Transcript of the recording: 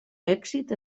èxit